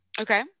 Okay